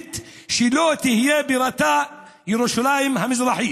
פלסטינית שבירתה לא תהיה ירושלים המזרחית,